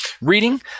reading